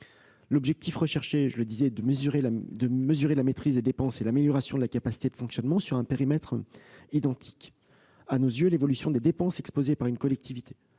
L'objectif est de mesurer la maîtrise des dépenses et l'amélioration de la capacité de financement sur un périmètre identique. À nos yeux, l'évolution des dépenses exposées par une collectivité